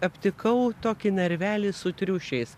aptikau tokį narvelį su triušiais